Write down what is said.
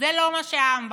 זה לא מה שהעם בחר.